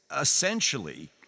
essentially